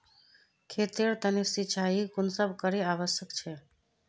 खेतेर तने सिंचाई कुंसम करे आवश्यक छै?